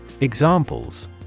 Examples